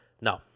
no